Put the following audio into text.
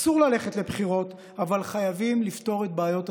אסור ללכת לבחירות אבל חייבים לפתור את בעיות התקציב.